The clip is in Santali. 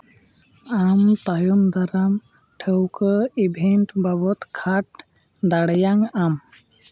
ᱟᱢ ᱛᱟᱭᱚᱢ ᱫᱟᱨᱟᱢ ᱴᱷᱟᱹᱣᱠᱟᱹ ᱤᱵᱷᱮᱱᱴ ᱵᱟᱵᱚᱫ ᱠᱷᱟᱴ ᱫᱟᱬᱮᱭᱟᱜ ᱟᱢ